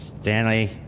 Stanley